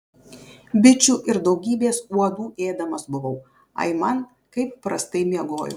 bičių ir daugybės uodų ėdamas buvau aiman kaip prastai miegojau